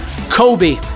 Kobe